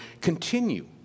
continue